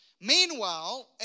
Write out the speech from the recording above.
Meanwhile